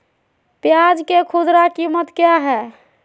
प्याज के खुदरा कीमत क्या है?